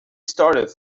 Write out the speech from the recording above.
started